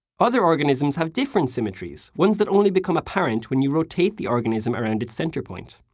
other organisms have different symmetries, ones that only become apparent when you rotate the organism around its center point.